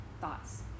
thoughts